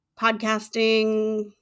podcasting